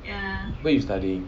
where you studying